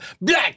black